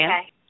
Okay